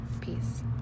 Peace